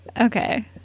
okay